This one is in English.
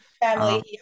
family